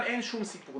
כאן אין שום סיפור.